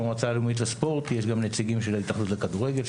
במועצה הלאומית לספורט יש גם נציגים של ההתאחדות לכדורגל,